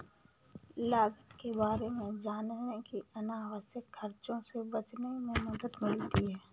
लागत के बारे में जानने से अनावश्यक खर्चों से बचने में मदद मिलती है